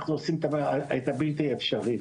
אנחנו עושים את הבלתי אפשרי.